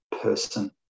person